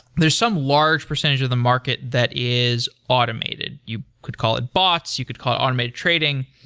there is some large percentage of the market that is automated. you could call it bots. you could call it automated trading.